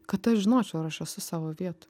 kad aš žinočiau ar aš esu savo vietoj